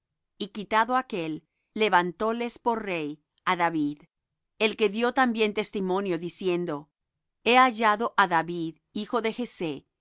y quitado aquél levantóles por rey á david el que dió también testimonio diciendo he hallado á david hijo de jessé